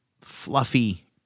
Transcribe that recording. fluffy